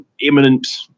imminent